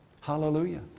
Hallelujah